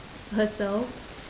herself